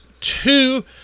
two